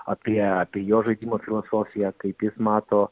apie apie jo žaidimo filosofiją kaip jis mato